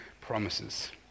promises